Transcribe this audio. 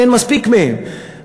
אין מספיק מהם.